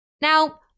Now